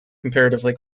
comparatively